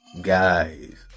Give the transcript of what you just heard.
guys